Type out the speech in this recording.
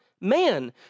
man